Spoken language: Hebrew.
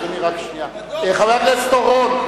חבר הכנסת אורון,